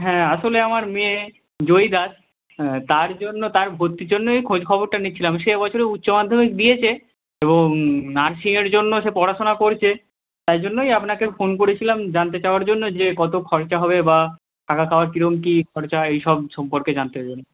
হ্যাঁ আসলে আমার মেয়ে জয়ী দাস তার জন্য তার ভর্তির জন্যই খোঁজ খবরটা নিচ্ছিলাম সে এ বছরে উচ্চ মাধ্যমিক দিয়েছে এবং নার্সিঙের জন্য সে পড়াশোনা করছে তাই জন্যই আপনাকে ফোন করেছিলাম জানতে চাওয়ার জন্য যে কত খরচা হবে বা থাকা খাওয়ার কীরকম কী খরচা হয় এইসব সম্পর্কে জানতে